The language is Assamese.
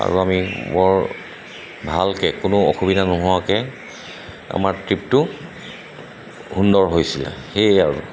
আৰু আমি বৰ ভালকৈ কোনো অসুবিধা নোহোৱাকৈ আমাৰ ট্ৰিপটো সুন্দৰ হৈছিলে সেয়াই আৰু